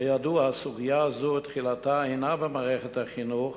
כידוע, סוגיה זו תחילתה אינה במערכת החינוך,